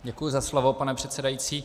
Děkuji za slovo, pane předsedající.